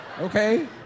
okay